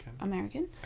American